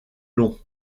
long